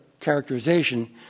characterization